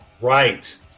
Right